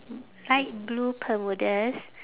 light blue bermudas